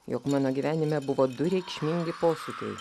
jog mano gyvenime buvo du reikšmingi posūkiai